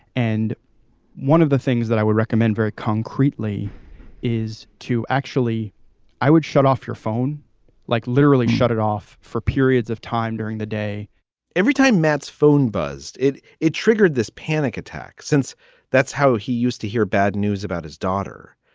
and one of the things that i would recommend very concretely is to actually i would shut off your phone like literally shut it off for periods of time during the day every time matt's phone buzzed it, it triggered this panic attack, since that's how he used to hear bad news about his daughter.